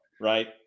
right